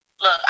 look